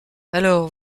alors